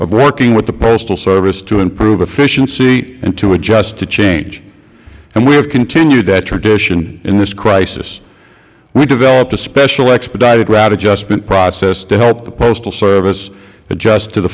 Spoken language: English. of working with the postal service to improve efficiency and to adjust to change and we have continued that tradition in this crisis we developed a special expedited route adjustment process to help the postal service adjust to the